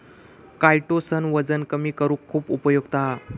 chitosan वजन कमी करुक खुप उपयुक्त हा